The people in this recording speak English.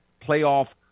playoff